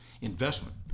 investment